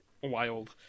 wild